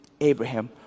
Abraham